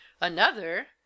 Another